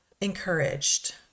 encouraged